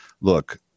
Look